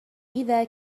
إذا